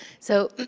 so,